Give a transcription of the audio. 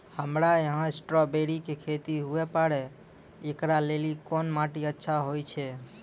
हमरा यहाँ स्ट्राबेरी के खेती हुए पारे, इकरा लेली कोन माटी अच्छा होय छै?